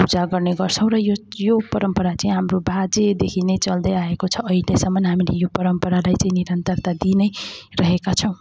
पूजा गर्ने गर्छौँँ र यो परम्परा चाहिँ हाम्रो बाजेदेखि नै चल्दै आएको छ अहिलेसम्म हामीले यो परम्परालाई चाहिँ निरन्तरता दिई नै रहेका छौँ